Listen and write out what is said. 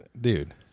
dude